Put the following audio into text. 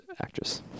actress